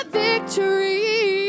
victory